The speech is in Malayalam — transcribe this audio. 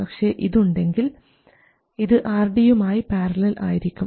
പക്ഷേ ഇത് ഉണ്ടെങ്കിൽ ഇത് RD യുമായി പാരലൽ ആയിരിക്കും